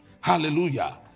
Hallelujah